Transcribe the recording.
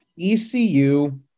ECU